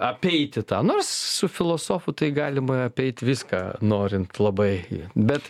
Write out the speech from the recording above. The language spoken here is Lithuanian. apeiti tą nors su filosofu tai galima apeit viską norint labai bet